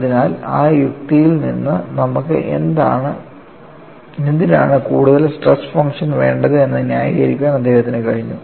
അതിനാൽ ആ യുക്തിയിൽ നിന്ന് നമുക്ക് എന്തിനാണ് കൂടുതൽ സ്ട്രെസ് ഫംഗ്ഷൻ വേണ്ടത് എന്ന് ന്യായീകരിക്കാൻ അദ്ദേഹത്തിന് കഴിഞ്ഞു